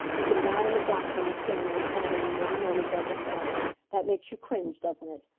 you can lie in the dock when you stand there and tell them you never murdered douglas romilly! that makes you cringe, doesn't it?